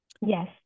Yes